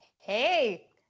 Hey